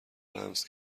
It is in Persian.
لمس